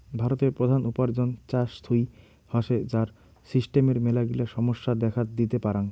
ভারতের প্রধান উপার্জন চাষ থুই হসে, যার সিস্টেমের মেলাগিলা সমস্যা দেখাত দিতে পারাং